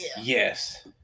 Yes